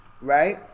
Right